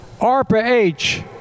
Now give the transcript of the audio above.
ARPA-H